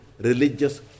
religious